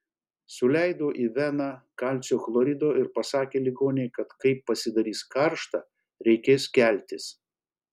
suleido į veną kalcio chlorido ir pasakė ligonei kad kai pasidarys karšta reikės keltis